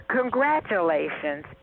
congratulations